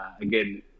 again